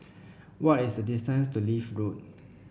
what is the distance to Leith Road